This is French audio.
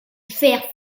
faire